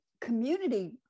community